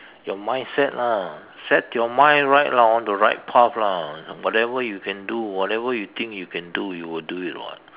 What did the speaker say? your mindset lah set your mind right lah on the right path lah whatever you can do whatever you think you can do you will do it [what]